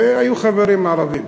והיו חברים ערבים,